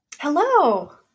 Hello